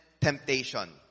temptation